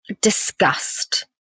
disgust